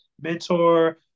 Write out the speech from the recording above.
mentor